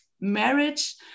marriage